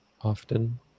often